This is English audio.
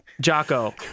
Jocko